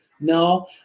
No